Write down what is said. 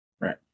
Right